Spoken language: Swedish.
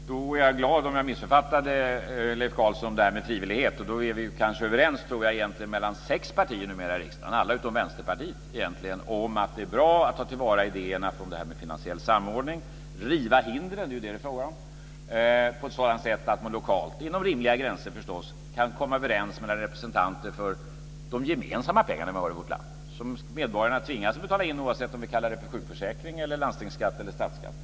Fru talman! Då är jag glad om jag missuppfattade Leif Carlson om det här med frivillighet. Då tror jag egentligen att vi kanske numera är överens mellan sex partier i riksdagen, alla utom Vänsterpartiet, om att det är bra att ta vara på idéerna om det här med finansiell samordning. Det är bra att riva hindren, det är ju vad det är fråga om, på ett sådant sätt att man lokalt - inom rimliga gränser förstås - kan komma överens mellan representanter i fråga om de gemensamma pengar vi har i vårt land. Det är de pengar som medborgarna tvingas betala in oavsett om vi kallar det för sjukförsäkring, landstingsskatt eller statsskatt.